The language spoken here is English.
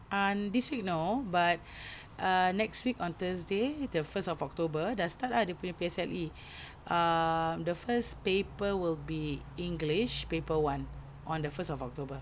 ah this week no but ah next week on Thursday the first of October dah start ah dia punya P_S_L_E uh the first paper will be English paper one on the first of October